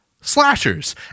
slashers